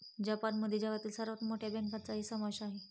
जपानमध्ये जगातील सर्वात मोठ्या बँकांचाही समावेश आहे